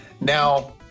Now